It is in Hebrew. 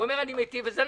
הוא אומר: אני מטיב בזה.